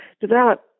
develop